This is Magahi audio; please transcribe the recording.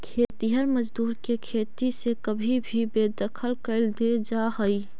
खेतिहर मजदूर के खेती से कभी भी बेदखल कैल दे जा हई